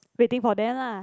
waiting for them lah